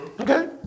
Okay